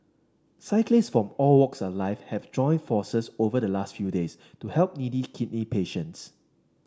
cyclist from all walks of life have joined forces over the last few days to help needy kidney patients